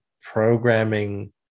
programming